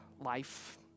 life